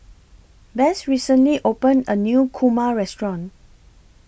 Bess recently opened A New Kurma Restaurant